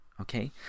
Okay